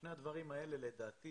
שני הדברים האלה לדעתי